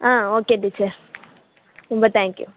ஆ okay teacher ரொம்ப thank you